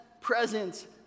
presence